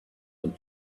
and